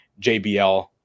JBL